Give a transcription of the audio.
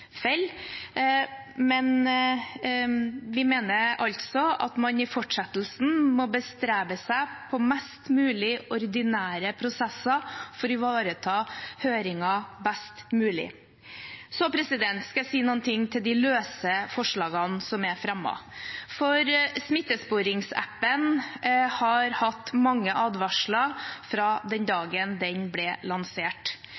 men vi mener altså at man i fortsettelsen må bestrebe seg på mest mulig ordinære prosesser for å ivareta høringen best mulig. Så skal jeg si noe om de løse forslagene som er fremmet. Smittesporingsappen har hatt mange advarsler fra den